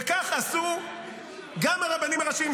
וכך עשו גם הרבנים הראשיים.